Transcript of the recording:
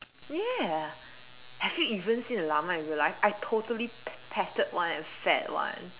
ya have you even seen a llama in real life I totally pat patted one and fed one